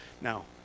Now